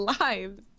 lives